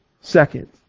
Second